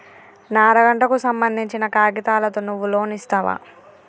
నా అర గంటకు సంబందించిన కాగితాలతో నువ్వు లోన్ ఇస్తవా?